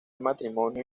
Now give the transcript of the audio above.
matrimonio